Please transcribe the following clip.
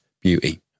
beauty